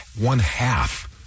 one-half